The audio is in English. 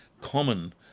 common